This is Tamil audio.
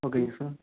ஓகேங்க சார்